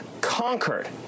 conquered